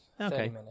Okay